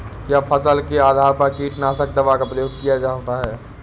क्या फसल के आधार पर कीटनाशक दवा का प्रयोग किया जाता है?